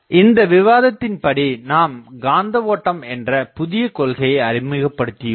இந்த விவாதத்தின் படி நாம் காந்தஓட்டம் என்ற புதிய கொள்கையை அறிமுகப் படுத்தியுள்ளோம்